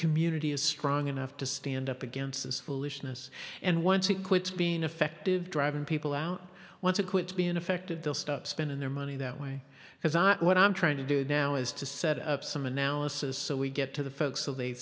community is strong enough to stand up against this foolishness and once it quits being effective driving people out want to quit being affected they'll stop spending their money that way because i what i'm trying to do now is to set up some analysis so we get to the folks so they